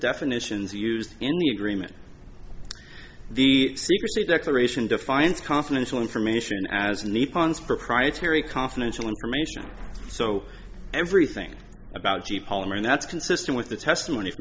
definitions used in the agreement the secrecy declaration defines confidential information as need pons proprietary confidential information so everything about g palmer and that's consistent with the testimony